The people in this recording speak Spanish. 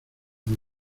muy